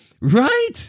Right